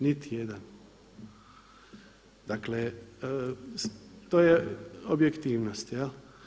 Niti jedan, dakle to je objektivnost jel.